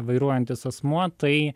vairuojantis asmuo tai